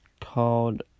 called